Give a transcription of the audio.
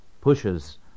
pushes